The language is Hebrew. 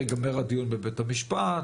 ייגמר הדיון בבית המשפט,